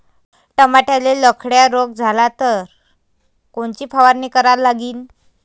टमाट्याले लखड्या रोग झाला तर कोनची फवारणी करा लागीन?